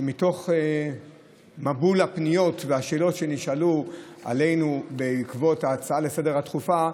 מתוך מבול הפניות והשאלות שנשאלו עלינו בעקבות ההצעה הדחופה לסדר-היום,